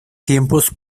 tiempos